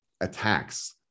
attacks